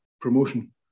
promotion